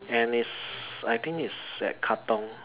and it's I think it's at Katong